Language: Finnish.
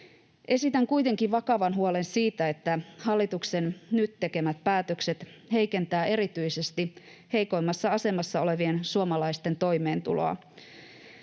Esitän kuitenkin vakavan huolen siitä, että hallituksen nyt tekemät päätökset heikentävät erityisesti heikoimmassa asemassa olevien suomalaisten toimeentuloa.